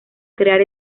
crear